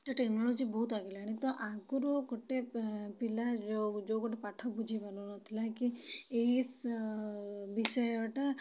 ତ ଟେକ୍ନୋଲୋଜି ବହୁତ ଆଗେଇଲାଣି ତ ଆଗରୁ ଗୋଟେ ପିଲାର ଯେଉଁ ଗୋଟେ ପାଠ ବୁଝିପାରୁନଥିଲା କି ଏଇ ବିଷୟଟା